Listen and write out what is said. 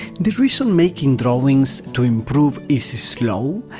the reason making drawings to improve is is slow,